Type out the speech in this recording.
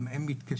גם הם מתקשים.